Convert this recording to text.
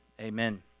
amen